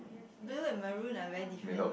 blue and maroon are very different